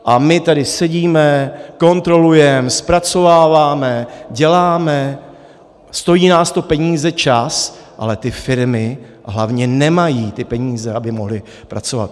A my tady sedíme, kontrolujeme, zpracováváme, děláme, stojí nás to peníze, čas, ale ty firmy hlavně nemají ty peníze, aby mohly pracovat.